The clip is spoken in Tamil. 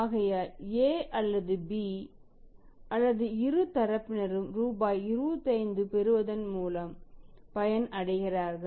ஆகையால் A அல்லது B அல்லது இரு தரப்பினரும் ரூபாய் 25 பெறுவதன் மூலம் பயன் அடைகிறார்கள்